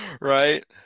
Right